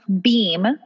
beam